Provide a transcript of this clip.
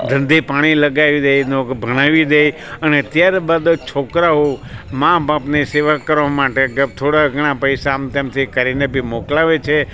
જલ્દી પાણી લગાવી દે એ લોકો ભણાવી દે અને ત્યાર બાદ છોકરાઓ માં બાપને સેવા કરવા માટે કે થોડા ઘણા પૈસા આમ તેમથી કરીને બી મોકલાવે છે